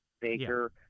Baker